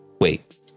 Wait